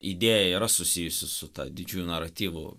idėja yra susijusi su ta didžiųjų naratyvų